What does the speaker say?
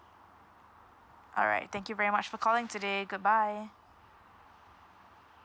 all right thank you very much for calling today goodbye